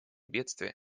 бедствия